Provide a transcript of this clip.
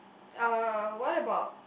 uh what about